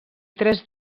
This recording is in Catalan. tres